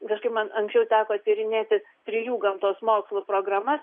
visgi man anksčiau teko tyrinėti trijų gamtos mokslų programas